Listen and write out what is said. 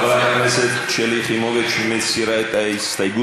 חברת הכנסת שלי יחימוביץ מסירה את ההסתייגות